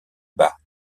bas